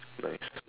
like